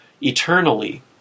eternally